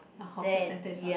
a hawker center is not